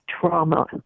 trauma